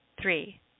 Three